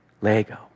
Lego